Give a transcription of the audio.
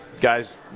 guys